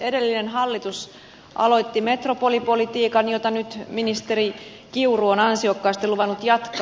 edellinen hallitus aloitti metropolipolitiikan jota nyt ministeri kiuru on ansiokkaasti luvannut jatkaa